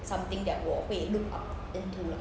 something that 我会 look up into lah